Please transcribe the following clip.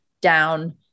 down